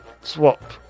swap